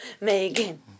Megan